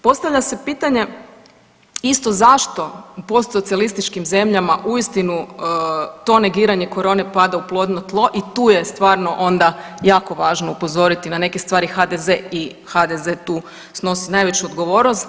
Postavlja se pitanje isto zašto u postsocijalističkim zemljama uistinu to negiranje korone pada u plodno tlo i tu je stvarno onda jako važno upozoriti na neke stvari HDZ i HDZ tu snosi najveću odgovornost.